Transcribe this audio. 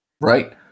Right